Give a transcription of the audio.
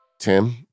Tim